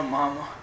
Mama